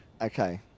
okay